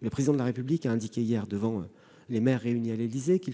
Le Président de la République a dit hier, devant les maires réunis à l'Élysée, qu'il